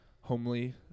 homely